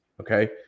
okay